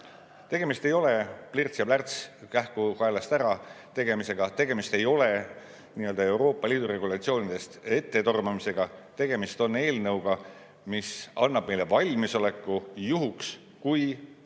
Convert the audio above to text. Tegemist ei ole plirts‑plärts-kähku-kaelast-ära-tegemisega, tegemist ei ole Euroopa Liidu regulatsioonidest ettetormamisega. Tegemist on eelnõuga, mis annab meile valmisoleku juhuks, kui meile